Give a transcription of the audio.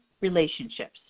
relationships